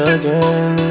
again